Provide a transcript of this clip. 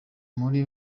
muri